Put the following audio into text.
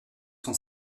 son